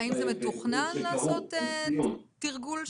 האם זה מתוכנן לעשות תרגול שכזה?